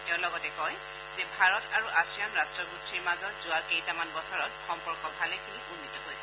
তেওঁ লগতে কয় যে ভাৰত আৰু আছিয়ান ৰাষ্ট্ৰগোষ্ঠীৰ মাজত যোৱা কেইটামান বছৰত সম্পৰ্ক ভালেখিনি উন্নীত হৈছে